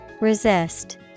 Resist